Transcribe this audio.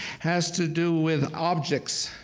has to do with objects.